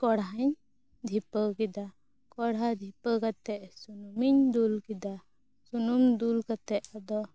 ᱟᱫᱚ ᱠᱚᱲᱦᱟᱧ ᱫᱷᱤᱯᱟ ᱣ ᱠᱮᱫᱟ ᱠᱚᱲᱟ ᱧ ᱫᱷᱤᱯᱟ ᱣ ᱠᱟᱛᱮᱫ ᱥᱩᱱᱩᱢᱤᱧ ᱫᱩᱞ ᱠᱮᱫᱟ ᱥᱩᱱᱩᱢ ᱫᱩᱞ ᱠᱟᱛᱮᱫ ᱟᱫᱚ